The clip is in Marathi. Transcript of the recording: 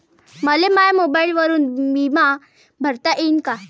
मले माया मोबाईलवरून बिमा भरता येईन का?